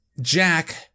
Jack